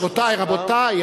רבותי,